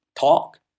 talk